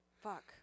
Fuck